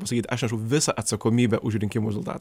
pasakyt aš nešu visą atsakomybę už rinkimus dar